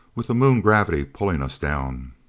with the moon gravity pulling us down!